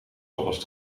alvast